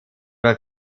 war